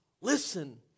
listen